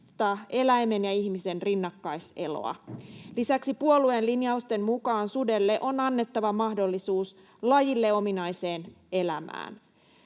eläimen ja ihmisen rinnakkaiseloa. Lisäksi puolueen linjausten mukaan sudelle on annettava mahdollisuus lajille ominaiseen elämään.